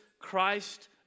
Christ